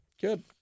good